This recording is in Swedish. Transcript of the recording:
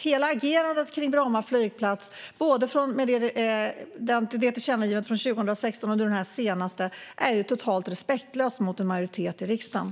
Hela agerandet kring Bromma flygplats, gällande både tillkännagivandet från 2016 och det senaste tillkännagivandet, är ju totalt respektlöst mot en majoritet i riksdagen.